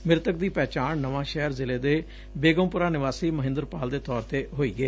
ਮੁਤਕ ਦੀ ਪਹਿਚਾਣ ਨਵਾਂ ਸ਼ਹਿਰ ਜਿਲੇ ਦੇ ਬੇਗਮਪੁਰਾ ਨਿਵਾਸੀ ਮਹਿੰਦਰਪਾਲ ਦੇ ਤੌਰ ਤੇ ਹੋਈ ਏ